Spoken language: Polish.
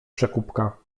przekupka